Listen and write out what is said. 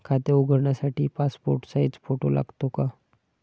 खाते उघडण्यासाठी passport size photo लागतो का?